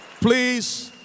Please